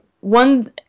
one